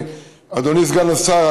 אדוני סגן השר,